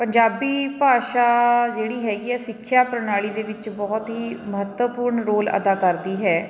ਪੰਜਾਬੀ ਭਾਸ਼ਾ ਜਿਹੜੀ ਹੈਗੀ ਹੈ ਸਿੱਖਿਆ ਪ੍ਰਣਾਲੀ ਦੇ ਵਿੱਚ ਬਹੁਤ ਹੀ ਮਹੱਤਵਪੂਰਨ ਰੋਲ ਅਦਾ ਕਰਦੀ ਹੈ